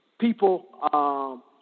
people